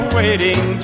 waiting